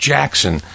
Jackson